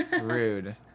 Rude